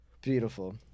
Beautiful